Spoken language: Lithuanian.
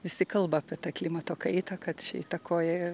visi kalba apie tą klimato kaitą kad čia įtakoja